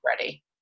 ready